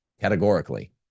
categorically